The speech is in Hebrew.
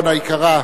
היקרה.